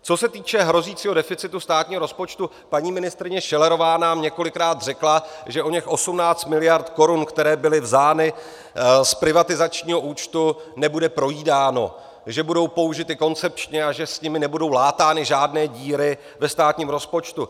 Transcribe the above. Co se týče hrozícího deficitu státního rozpočtu, paní ministryně Schillerová nám několikrát řekla, že oněch 18 miliard korun, které byly vzaty z privatizačního účtu, nebude projídáno, že budou použity koncepčně a že s nimi nebudou látány žádné díry ve státním rozpočtu.